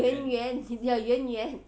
圆圆你的圆圆